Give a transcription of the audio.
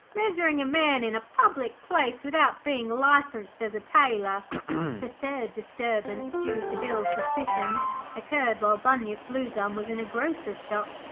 measuring a man in a public place without being licensed as a tailor the third disturbance due to bill's suspicions occurred while bunyip bluegum was in a grocer's shop.